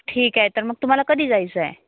ठीक आहे तर मग तुम्हाला कधी जायचं आहे